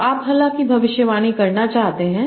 तो आप हालांकि भविष्यवाणी करना चाहते हैं